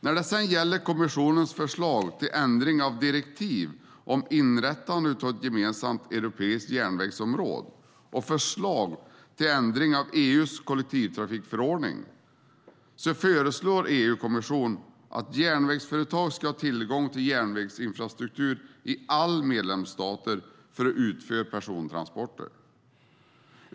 När det sedan gäller kommissionens förslag till ändring av direktiv om inrättande av ett gemensamt europeiskt järnvägsområde och förslag till ändring av EU:s kollektivtrafikförordning föreslår EU-kommissionen att järnvägsföretag ska ha tillgång till järnvägsinfrastruktur i alla medlemsstater för att utföra persontransporter.